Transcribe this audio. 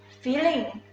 feeling,